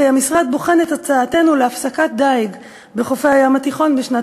וכי המשרד בוחן את הצעתנו להפסקת דיג בחופי הים התיכון בשנת